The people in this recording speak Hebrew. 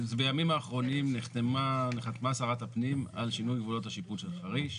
בימים האחרונים חתמה שרת הפנים על שינוי גבולות השיפוט של חריש,